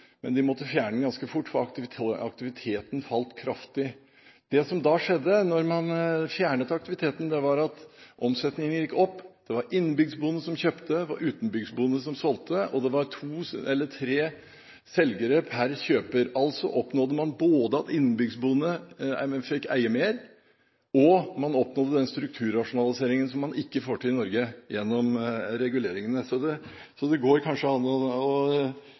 men de måtte fjerne den ganske fort, for aktiviteten falt kraftig. Det som skjedde da man fjernet aktiviteten, var at omsetningen gikk opp. Det var innenbygdsbonden som kjøpte, og utenbygdsbonden som solgte, og det var to eller tre selgere per kjøper. Altså oppnådde man at innenbygdsbonden fikk eie mer, og man oppnådde den strukturrasjonaliseringen som man ikke får til i Norge gjennom reguleringene. Så det går kanskje an å kikke litt opp av koppen og se at det går